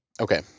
Okay